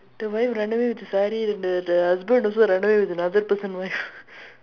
the wife run away with the saree and the the husband also run away with another person wife